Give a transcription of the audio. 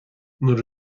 nuair